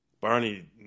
Barney